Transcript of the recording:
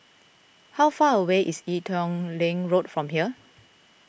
how far away is Ee Teow Leng Road from here